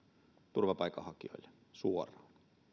turvapaikanhakijoille suoraan